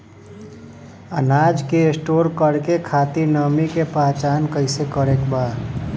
अनाज के स्टोर करके खातिर नमी के पहचान कैसे करेके बा?